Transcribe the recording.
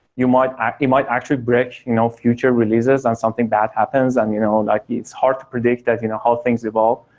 you might actually might actually bridge you know future releases and something bad happens um you know and like it's hard to predict that you know how things evolve.